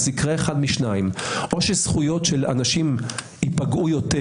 יקרה אחד משניים: או זכויות של אנשים ייפגעו יותר